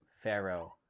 pharaoh